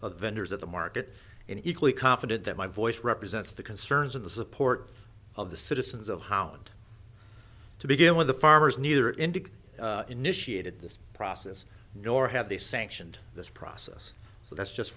of vendors at the market and equally confident that my voice represents the concerns of the support of the citizens of holland to begin with the farmers neither indeed initiated this process nor have they sanctioned this process so that's just